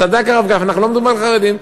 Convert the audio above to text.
צדק הרב גפני: אנחנו לא מדברים על החרדים.